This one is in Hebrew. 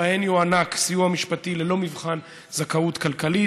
שבהם יוענק סיוע משפטי ללא מבחן זכאות כלכלית.